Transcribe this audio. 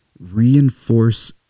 reinforce